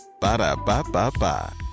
Ba-da-ba-ba-ba